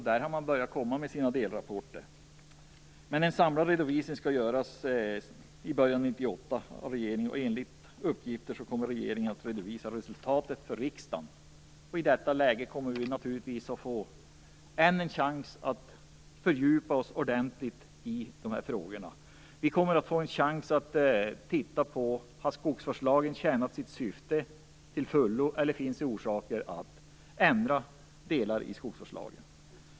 Där har man börjat komma med sina delrapporter. En samlad redovisning skall göras i början av 1998 till regeringen, och enligt uppgift kommer regeringen att redovisa resultatet för riksdagen. I det läget kommer vi naturligtvis att få ännu en chans att fördjupa oss ordentligt i de här frågorna. Vi kommer att få en chans att titta på om skogsvårdslagen har tjänat sitt syfte till fullo eller om det finns anledning att ändra på delar av skogsvårdslagen.